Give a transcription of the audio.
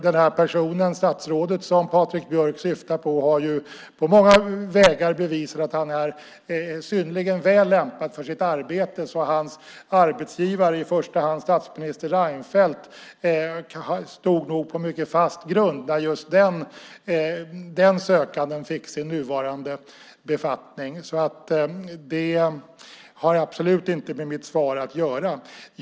Det statsråd som Patrik Björck syftar på har på många vägar bevisat att han är synnerligen väl lämpad för sitt arbete, så hans arbetsgivare, i första hand statsminister Reinfeldt, stod nog på mycket fast grund när just den sökanden fick sin nuvarande befattning. Det har absolut inte med mitt svar att göra.